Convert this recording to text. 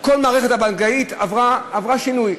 כל המערכת הבנקאית עברה שינוי.